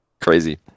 Crazy